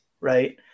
right